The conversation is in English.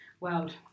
world